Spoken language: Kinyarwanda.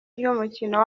ry’umukino